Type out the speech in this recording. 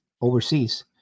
overseas